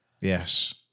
Yes